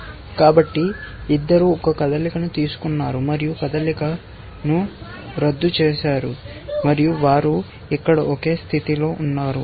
కాబట్టి ఇద్దరూ ఒక కదలికను తీసుకున్నారు మరియు కదలికను రద్దు చేసారు మరియు వారు ఇక్కడ ఒకే స్థితిలో ఉన్నారు